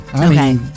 Okay